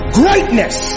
greatness